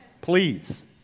Please